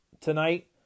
Tonight